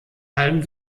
allem